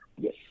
Yes